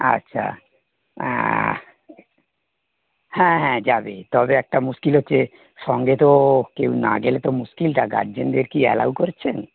আচ্ছা হ্যাঁ হ্যাঁ যাবে তবে একটা মুশকিল হচ্ছে সঙ্গে তো কেউ না গেলে তো মুশকিলটা গার্জেনদের কী অ্যালাউ করছেন